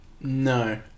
No